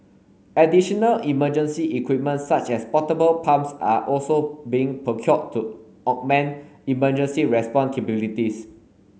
additional emergency equipment such as portable pumps are also being procured to augment emergency response capabilities